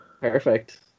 perfect